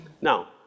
Now